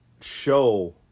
show